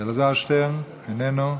אלעזר שטרן, איננו,